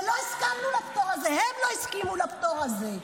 לא הסכמנו לפטור הזה, הן לא הסכימו לפטור הזה.